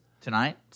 Tonight